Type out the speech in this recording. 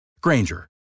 Granger